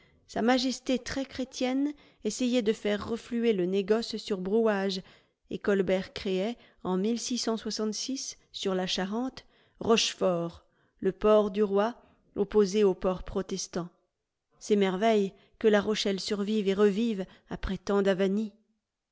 sa majesté très chrétienne essayait de faire refluer le négoce sur brouage et colbert créait en sur la charente rochefort le port du roi opposé au port protestant c'est merveille que la rochelle survive et revive après tant